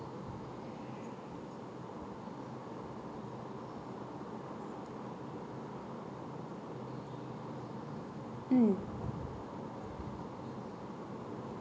mm